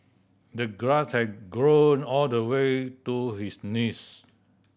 the grass had grown all the way to his knees